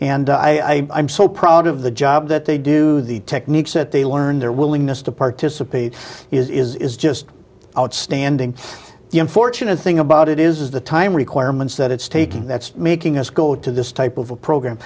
and i am so proud of the job that they do the techniques that they learned their willingness to participate is is just outstanding the unfortunate thing about it is the time requirements that it's taking that's making us go to this type of a program